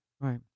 Right